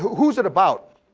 who who is it about?